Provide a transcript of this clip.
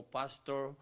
pastor